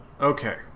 okay